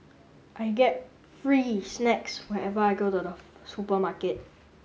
I get free snacks whenever I go to the supermarket